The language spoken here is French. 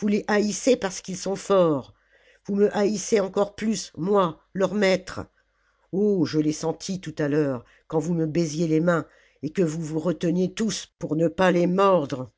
vous les haïssez parce qu'ils sont forts vous me haïssez encore plus moi leur maître oh je l'ai senti tout à l'heure quand vous me baisiez les mains et que vous vous reteniez tous pour ne pas les mordre